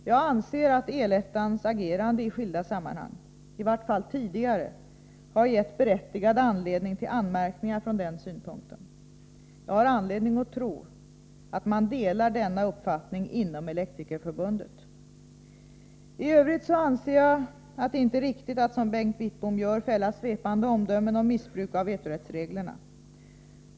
3 anser att OM de fackliga = El-ettans agerande i skilda sammanhang — i vart fall tidigare — har gett BOTESEugErnas 2 berättigad anledning till anmärkningar från den synpunkten. Jag har flygarice över anledning att tro att man delar denna uppfattning inom Elektrikerförbundet. EGR och små I övrigt anser jag att det inte är riktigt att, som Bengt Wittbom gör, fälla Å Re verksam svepande omdömen om missbruk av vetorättsreglerna.